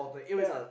ya